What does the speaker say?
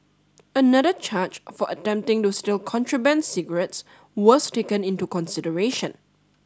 another charge for attempting to steal contraband cigarettes was taken into consideration